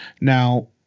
Now